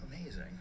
Amazing